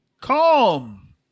Calm